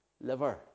liver